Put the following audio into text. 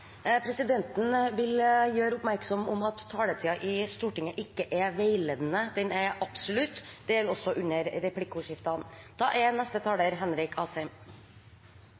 Presidenten vil gjøre oppmerksom på at taletiden i Stortinget ikke er veiledende, den er absolutt. Det gjelder også under replikkordskiftene. Norge er